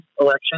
election